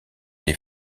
des